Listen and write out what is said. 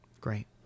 Great